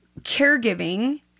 caregiving